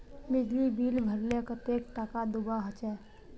बिजली बिल भरले कतेक टाका दूबा होचे?